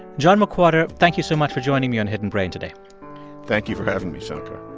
john mcwhorter, thank you so much for joining me on hidden brain today thank you for having me, shankar